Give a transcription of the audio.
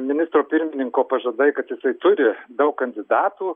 ministro pirmininko pažadai kad jisai turi daug kandidatų